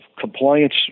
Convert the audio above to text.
compliance